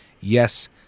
yes